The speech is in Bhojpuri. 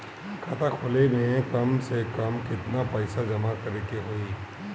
खाता खोले में कम से कम केतना पइसा जमा करे के होई?